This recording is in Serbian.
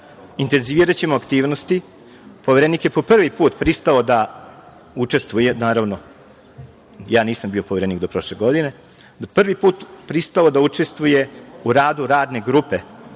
intenziviraćemo aktivnosti. Poverenik je po prvi put pristao da učestvuje, naravno ja nisam bio Poverenik do prošle godine, prvi put pristao da učestvuje u radu Radne grupe,